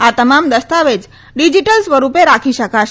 આ તમામ દસ્તાવેજ ડીજીટલ સ્વરૂપે રાખી શકાશે